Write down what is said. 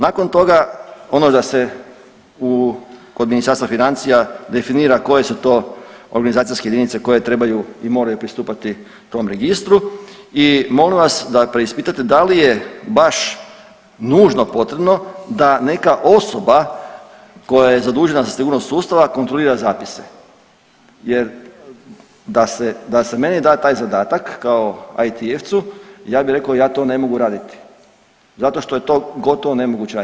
Nakon toga, ono da se u, kod Ministarstva financija definira koje su to organizacijske jedinice koje trebaju i moraju pristupati tom Registru i molim vas da preispitate da li je baš nužno potrebno da neka osoba koja je zadužena za sigurnost sustava kontrolira zapise jer da se, da se meni da taj zadatak kao IT-jevcu, ja bih rekao, ja to ne mogu raditi zato što je to gotovo nemoguće raditi.